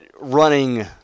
running